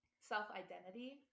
self-identity